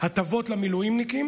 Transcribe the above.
ההטבות למילואימניקים.